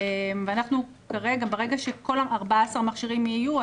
ואנחנו ברגע שכל 14 המכשירים יהיו,